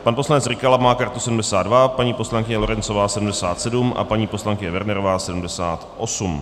Pan poslanec Rykala má kartu 72, paní poslankyně Lorencová 77 a paní poslankyně Wernerová 78.